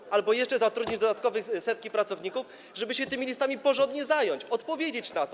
Albo musiałaby jeszcze zatrudnić dodatkowe setki pracowników, żeby móc się tymi listami porządnie zająć, odpowiedzieć na nie.